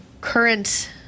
current